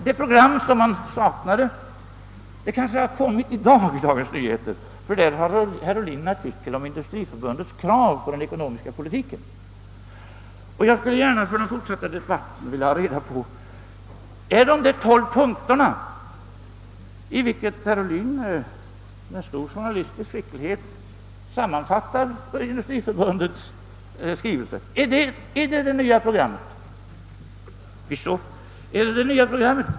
Det program tidningen saknade har man kanske fått i Dagens Nyheter nu, ty där har herr Ohlin i dag en artikel om Industriförbundets krav på den ekonomiska politiken. Jag skulle gärna för den fortsatta debatten vilja veta om de tolv punkterna där, i vilka herr Ohlin med stor journalistisk skicklighet sammanfattar Industriförbundets skrivelse, är det nya programmet.